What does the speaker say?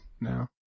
now